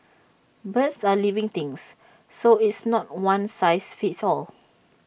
birds are living things so it's not one size fits all